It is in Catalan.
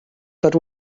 per